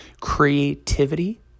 Creativity